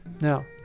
Now